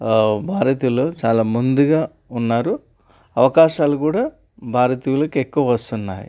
భారతీయులు చాలా ముందుగా ఉన్నారు అవకాశాలు కూడా భారతీయులకు ఎక్కువ వస్తున్నాయి